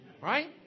Right